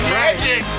magic